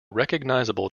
recognizable